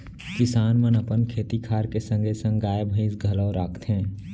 किसान मन अपन खेती खार के संगे संग गाय, भईंस घलौ राखथें